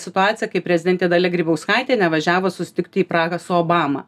situaciją kai prezidentė dalia grybauskaitė nevažiavo susitikti į prahą su obama